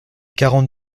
quarante